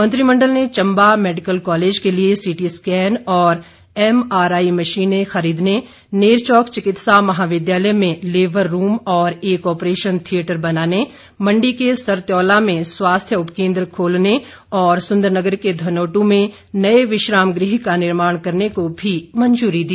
मंत्रिमंडल ने Chamba medical college के लिए सीटीस्कैन और एमआरआई मशीनें खरीदने नैरचोक चिकित्सा महाविद्यालय में लेवर रूम और एक ऑपरेशन थियेटर बनाने मंडी के सरत्यौला में स्वास्थ्य उप केंद्र खोलने और सुन्दर नगर के धनोटू मे नए विश्राम गृह का निर्माण करने को भी मंजूरी दी